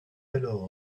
alors